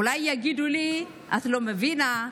אולי יגידו לי: את לא מבינה.